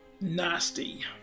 Nasty